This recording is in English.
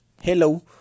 Hello